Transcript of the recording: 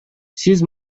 сиз